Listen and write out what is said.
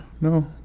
no